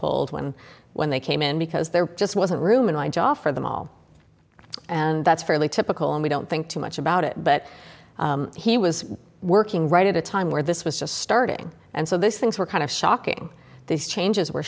pulled when when they came in because there just wasn't room in my jaw for them all and that's fairly typical and we don't think too much about it but he was working right at a time where this was just starting and so those things were kind of shocking these changes were